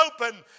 open